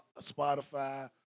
Spotify